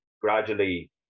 gradually